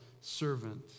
servant